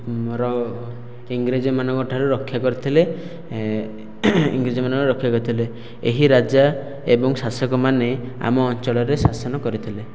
ମୋ'ର ଇଂରେଜମାନଙ୍କ ଠାରୁ ରକ୍ଷା କରିଥିଲେ ଇଂରେଜମାନଙ୍କରୁ ରକ୍ଷା କରିଥିଲେ ଏହି ରାଜା ଏବଂ ଶାସକମାନେ ଆମ ଅଞ୍ଚଳରେ ଶାସନ କରିଥିଲେ